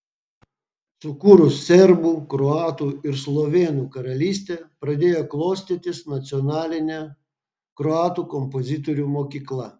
sukūrus serbų kroatų ir slovėnų karalystę pradėjo klostytis nacionalinė kroatų kompozitorių mokykla